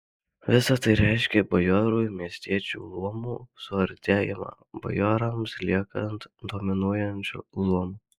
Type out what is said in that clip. visa tai reiškė bajorų ir miestiečių luomų suartėjimą bajorams liekant dominuojančiu luomu